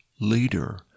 leader